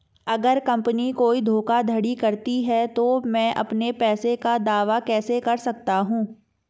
अगर कंपनी कोई धोखाधड़ी करती है तो मैं अपने पैसे का दावा कैसे कर सकता हूं?